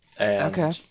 Okay